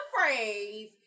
phrase